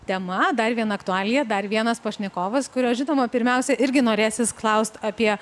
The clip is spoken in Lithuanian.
tema dar viena aktualija dar vienas pašnekovas kurio žinoma pirmiausia irgi norėsis klaust apie